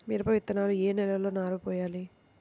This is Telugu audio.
మిరప విత్తనాలు ఏ నెలలో నారు పోయాలి?